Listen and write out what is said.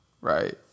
Right